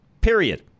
Period